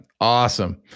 Awesome